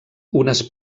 unes